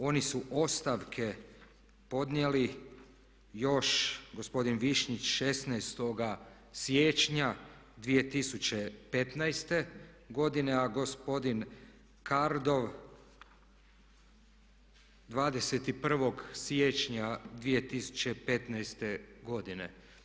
Oni su ostavke podnijeli još gospodin Višnjić 16. siječnja 2015. godine, a gospodin Kardov 21. siječnja 2015. godine.